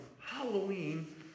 Halloween